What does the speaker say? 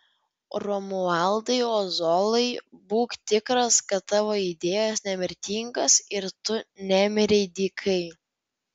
romualdai ozolai būk tikras kad tavo idėjos nemirtingos ir tu nemirei dykai